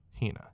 Hina